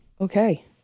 Okay